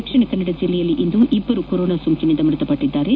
ದಕ್ಷಿಣ ಕನ್ನಡ ಜಿಲ್ಲೆಯಲ್ಲಿ ಇಂದು ಇಬ್ಬರು ಕೊರೋನಾ ಸೋಂಕಿನಿಂದ ಮೃತಪಟ್ಟಿದ್ದಾರೆ